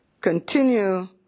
Continue